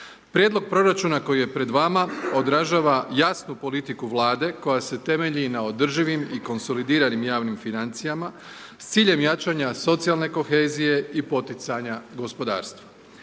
Prijedlog proračuna koji je pred vama, odražava jasnu politiku Vlade koja se temelji na održivim i konsolidiranim javnim financijama s ciljem jačanje socijalne kohezije i poticanja gospodarstva.